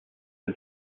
for